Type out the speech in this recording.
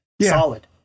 Solid